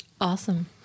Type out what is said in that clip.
Awesome